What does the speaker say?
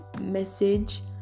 message